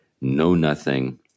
know-nothing